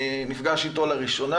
אני נפגש איתו לראשונה,